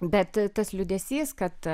bet tas liūdesys kad